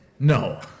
No